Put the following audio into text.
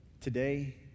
Today